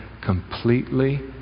completely